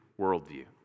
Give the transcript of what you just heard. worldview